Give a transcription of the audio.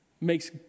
makes